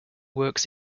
works